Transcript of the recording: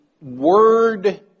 Word